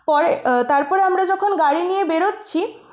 পরে তারপরে আমরা যখন গাড়ি নিয়ে বেরোচ্ছি